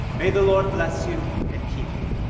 may the lord bless you and keep you,